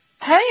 Hey